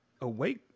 awake